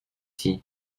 tea